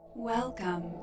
Welcome